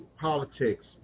politics